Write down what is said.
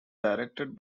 directed